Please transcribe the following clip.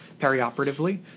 perioperatively